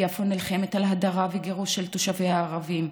יפו נלחמת על הדרה וגירוש של תושביה הערבים.